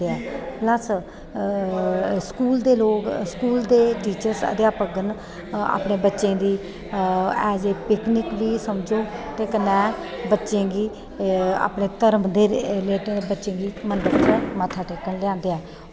plus school दे लोग school दे टीचर अध्यापक गण अपने बच्चें दी एज़ ए पिकनिक बी समझो ते कन्नै बच्चें गी अपने धर्म दे रिलेटिड बच्चें मंदर बिच्च मत्था टेकन लेई आंदे ऐ